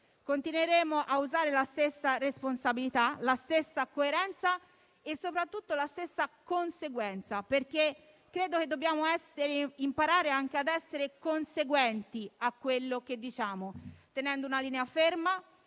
Continueremo ad usare la stessa responsabilità, la stessa coerenza e soprattutto la stessa conseguenzialità, perché credo che dobbiamo imparare anche ad essere conseguenti a quello che diciamo, tenendo una linea ferma,